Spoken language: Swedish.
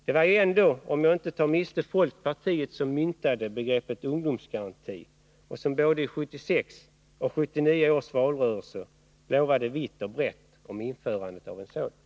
Det var ju ändå, om jag inte tar miste, folkpartiet som myntade begreppet ungdomsgaranti och som i både 1976 och 1979 års valrörelse vitt och brett lovade införandet av en sådan.